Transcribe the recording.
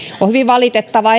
on hyvin valitettavaa